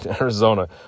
Arizona